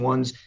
ONE'S